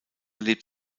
lebt